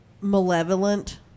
malevolent